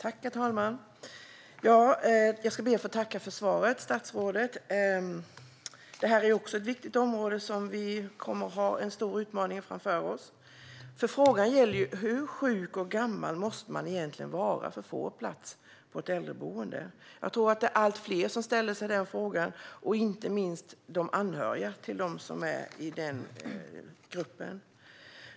Herr talman! Jag ska be att få tacka statsrådet för svaret. Detta är också ett viktigt område där vi kommer att ha en stor utmaning framför oss. Frågan är: Hur sjuk och gammal måste man egentligen vara för att få plats på ett äldreboende? Jag tror att det är allt fler som ställer sig den frågan, inte minst de anhöriga till dem som hör till denna grupp.